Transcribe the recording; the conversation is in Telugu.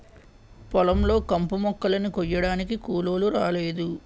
పొలం లో కంపుమొక్కలని కొయ్యడానికి కూలోలు రాలేదు